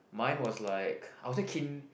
mine was like I'll say kiN~